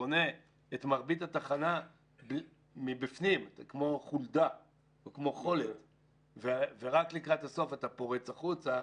בונה את מרבית התחנה מבפנים כמו חולד ורק לקראת הסוף אתה פורץ החוצה.